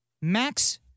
Max